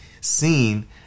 seen